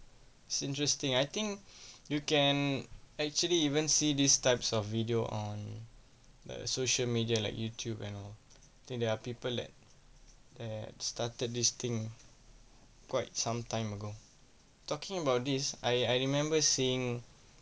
it's interesting I think you can actually even see these types of video on the social media like youtube and all then there are people that that started this thing quite some time ago talking about this I I remember seeing